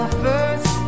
first